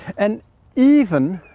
and even.